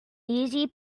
easy